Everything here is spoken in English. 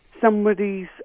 somebody's